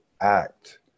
act